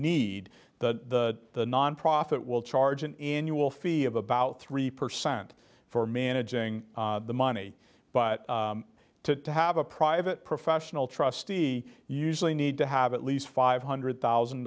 need the nonprofit will charge an annual fee of about three percent for managing the money but to have a private professional trustee usually need to have at least five hundred thousand